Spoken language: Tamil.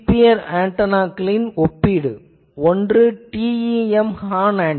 இங்கு GPR ஆன்டெனாக்களின் ஒப்பீடு ஒன்று TEM ஹார்ன்